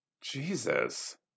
Jesus